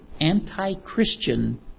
anti-Christian